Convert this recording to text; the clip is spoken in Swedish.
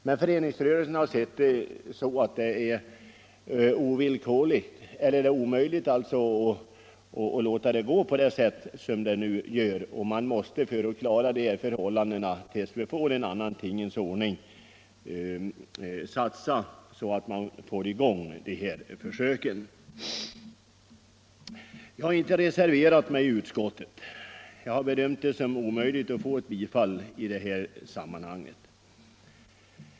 Men föreningsrörelsen har sett saken så att det är omöjligt att låta det gå på samma sätt som nu, och man måste för att klara problemen tills vi får en annan tingens ordning göra satsningar så att försöken kommer i gång. Jag har inte reserverat mig i utskottet — jag har bedömt det som omöjligt att få ett bifall till motionen.